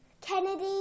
Kennedy